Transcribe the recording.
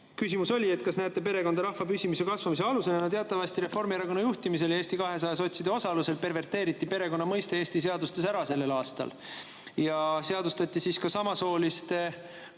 Küsimus oli, et kas näete perekonda rahva püsimise ja kasvamise alusena. Teatavasti Reformierakonna juhtimisel ning Eesti 200 ja sotside osalusel perverteeriti perekonna mõiste Eesti seadustes sellel aastal ära ja seadustati ka samasooliste